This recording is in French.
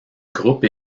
groupe